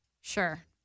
Sure